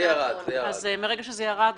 זה ירד.